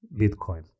Bitcoin